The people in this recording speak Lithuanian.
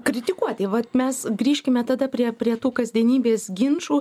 kritikuoti vat mes grįžkime tada prie prie tų kasdienybės ginčų